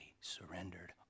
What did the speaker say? surrendered